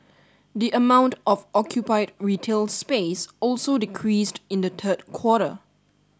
the amount of occupied retail space also decreased in the third quarter